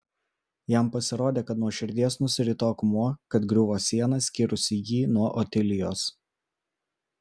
jam pasirodė kad nuo širdies nusirito akmuo kad griuvo siena skyrusi jį nuo otilijos